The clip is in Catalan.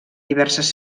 diverses